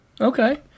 Okay